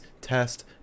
Test